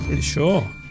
Sure